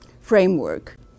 framework